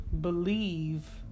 believe